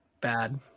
Bad